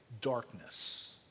darkness